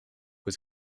was